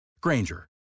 Granger